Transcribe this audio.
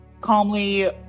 Calmly